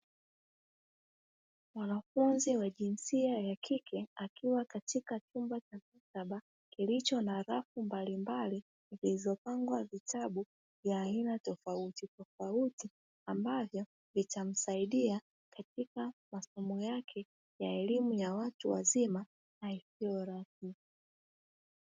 Mwanafunzi wa jinsia ya kike akiwa katika chumba cha maktaba kilicho na rafu mbalimbali, zilizopangwa vitabu vya aina tofauti tofauti ambavyo vitamsaidia katika masomo yake ya elimu ya watu wazima isio rasmi.